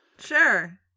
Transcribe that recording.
Sure